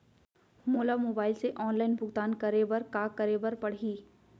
मोला मोबाइल से ऑनलाइन भुगतान करे बर का करे बर पड़ही?